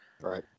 Right